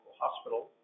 hospital